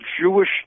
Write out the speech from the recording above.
Jewish